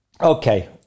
Okay